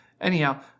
anyhow